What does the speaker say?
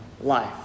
life